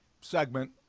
segment